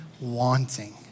wanting